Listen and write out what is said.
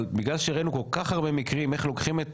אבל בגלל שראינו כל כך הרבה מקרים איך לוקחים את